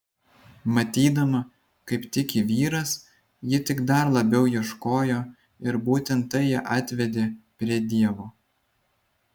matydama kaip tiki vyras ji tik dar labiau ieškojo ir būtent tai ją atvedė prie dievo